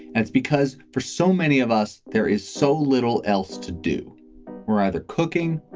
that's because for so many of us, there is so little else to do we're either cooking,